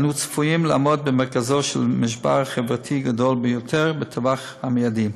אנו צפויים לעמוד במרכזו של משבר חברתי גדול ביותר בטווח המיידי.